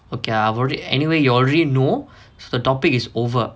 okay I've already anyway you already know so the topic is over